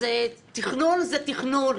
תכנון זה תכנון,